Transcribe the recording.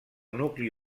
nucli